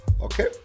okay